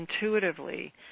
intuitively